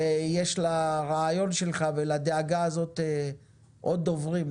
יש לרעיון שלך ולדאגה הזאת עוד דוברים,